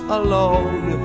alone